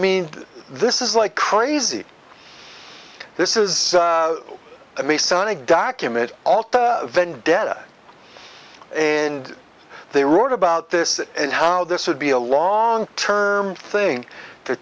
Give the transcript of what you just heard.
mean this is like crazy this is based on a document alter vendetta and they wrote about this and how this would be a long term thing to